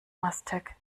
mastek